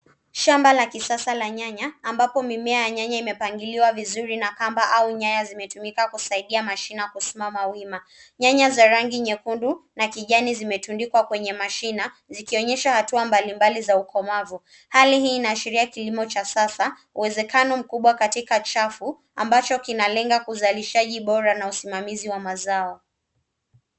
Shamba la kisasa la nyanya ambapo mimea ya nyanya imepangiliwa na kamba au nyaya zimetumika kusaidia mashina kusimama wima. Nyanya za rangi nyekundu na kijani zimetundikwa kwenye mashina zikionyesha hatua mbalimbali za ukomavu. Hali hii ina ashiria kilimo cha sasa , uwezakano mkubwa katika chafu ambacho kinalenga uzalishaji bora na usimamizi wa mazao.